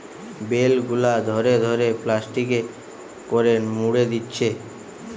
bell গুলা ধরে ধরে প্লাস্টিকে করে মুড়ে দিচ্ছে